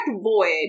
void